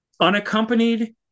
unaccompanied